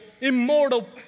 immortal